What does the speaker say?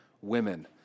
women